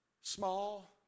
Small